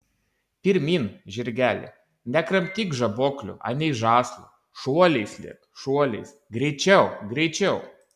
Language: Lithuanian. pirmyn žirgeli nekramtyk žaboklių anei žąslų šuoliais lėk šuoliais greičiau greičiau